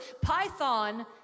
Python